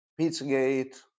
Pizzagate